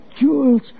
jewels